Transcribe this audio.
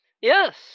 yes